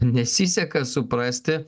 nesiseka suprasti